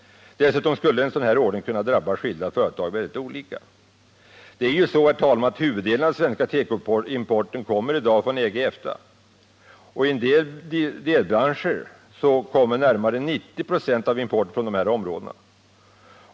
Dessutom skulle en sådan här ordning kunna drabba skilda företag mycket olika. Huvuddelen av den svenska tekoimporten kommer i dag från EG och EFTA. I vissa delbranscher kommer närmare 90 96 av importen från de här områdena.